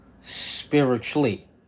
spiritually